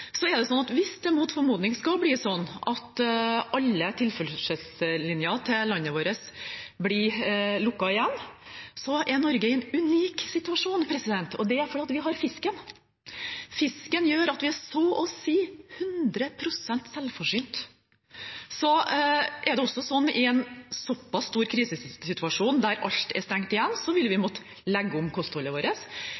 det mot formodning skulle bli sånn at alle tilførselslinjer til landet vårt blir lukket, er Norge i en unik situasjon – for vi har fisken. Fisken gjør at vi så å si er 100 pst. selvforsynt. Det er også sånn at i en såpass stor krisesituasjon, der alt er stengt, vil vi måtte legge om kostholdet vårt. Vi